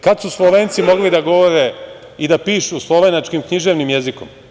Kada su Slovenci mogli da govore i da pišu slovenačkim književnim jezikom?